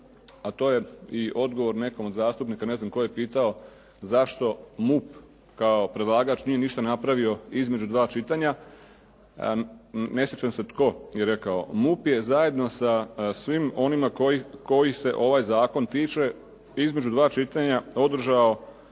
a to je i odgovor nekom od zastupnika, ne znam tko je pitao zašto MUP kao predlagač nije ništa napravio između dva čitanja. Ne sjećam se tko je rekao, MUP je zajedno sa svim onima kojih se ovaj zakon tiče između dva čitanja održao